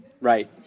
right